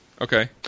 Okay